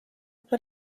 put